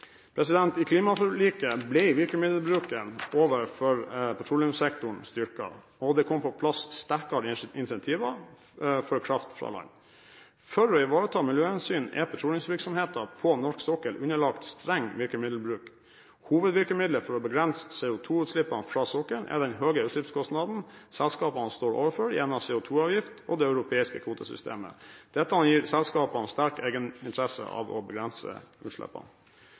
I klimaforliket ble virkemiddelbruken overfor petroleumssektoren styrket, og det kom på plass sterkere incentiver for kraft fra land. For å ivareta miljøhensyn er petroleumsvirksomheten på norsk sokkel underlagt streng virkemiddelbruk. Hovedvirkemiddelet for å begrense CO2-utslippene fra sokkelen er den høye utslippskostnaden selskapene står overfor gjennom CO2-avgiften og det europeiske kvotesystemet. Dette gir selskapene sterk egeninteresse av å begrense utslippene.